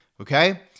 okay